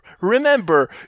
Remember